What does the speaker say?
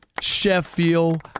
Sheffield